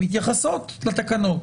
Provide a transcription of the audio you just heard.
הן מתייחסות לתקנות.